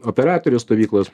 operatorius stovyklos